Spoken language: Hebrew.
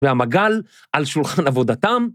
והמגל על שולחן עבודתם.